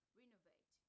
renovate